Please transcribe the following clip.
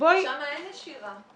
שם אין נשירה.